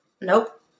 Nope